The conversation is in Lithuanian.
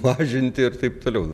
mažinti ir taip toliau